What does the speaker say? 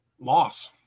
loss